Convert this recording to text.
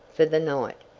for the night.